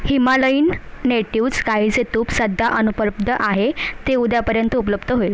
Himalayan natives गाईचे तूप सध्या अनुपलब्ध आहे ते उद्यापर्यंत उबलब्ध होईल